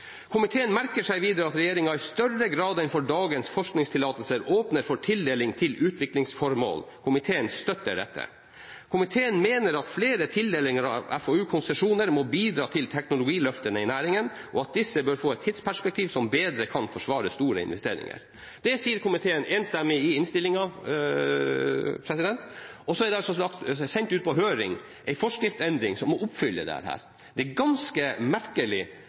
Komiteen merker seg videre at regjeringen i større grad enn for dagens forskningstillatelser åpner for tildeling til utviklingsformål. Komiteen støtter dette. Komiteen mener at flere tildelinger av FoU-konsesjoner må bidra til teknologiløftene i næringen, og at disse bør få et tidsperspektiv som bedre kan forsvare store investeringer.» Dette sier komiteen enstemmig i innstillingen. Så er det sendt ut på høring en forskriftsendring som oppfyller dette. Det er ganske merkelig